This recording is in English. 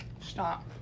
Stop